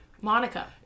Monica